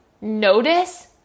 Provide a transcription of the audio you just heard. notice